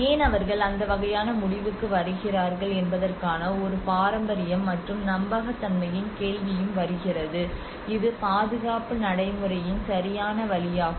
ஏன் அவர்கள் அந்த வகையான முடிவுக்கு வருகிறார்கள் என்பதற்கான ஒரு பாரம்பரியம் மற்றும் நம்பகத்தன்மையின் கேள்வியும் வருகிறது இது பாதுகாப்பு நடைமுறையின் சரியான வழியாகும்